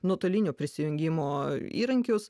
nuotolinio prisijungimo įrankius